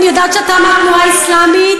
אני יודעת שאתה מהתנועה האסלאמית,